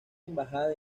embajada